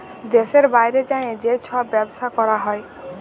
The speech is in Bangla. দ্যাশের বাইরে যাঁয়ে যে ছব ব্যবছা ক্যরা হ্যয়